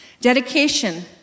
Dedication